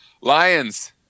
Lions